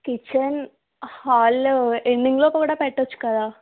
kitchen hall లో ఎన్డింగ్ కూడా పెట్టవచ్చు కదా